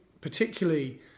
particularly